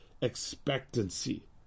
expectancy